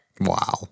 Wow